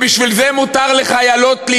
שבשביל זה מותר לחיילות להתגייס,